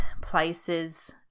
places